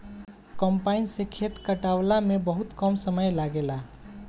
combine से खेत कटावला में बहुते कम समय लागेला